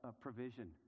provision